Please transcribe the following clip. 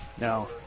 No